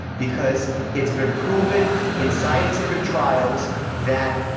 because it's been proven in scientific trials that